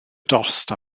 dost